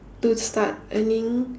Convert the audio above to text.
to start earning